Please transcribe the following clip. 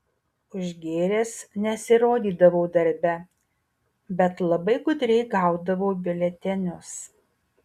užgėręs nesirodydavau darbe bet labai gudriai gaudavau biuletenius